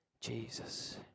Jesus